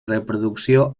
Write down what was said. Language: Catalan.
reproducció